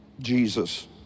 Jesus